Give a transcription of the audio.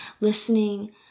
listening